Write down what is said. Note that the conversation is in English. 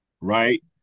right